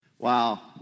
Wow